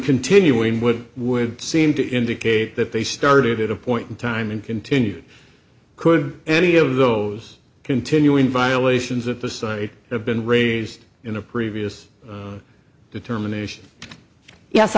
continuing with would seem to indicate that they started at a point in time and continued could any of those continuing violations at the site have been raised in a previous determination yes